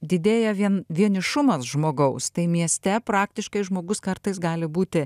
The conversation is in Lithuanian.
didėja vien vienišumas žmogaus tai mieste praktiškai žmogus kartais gali būti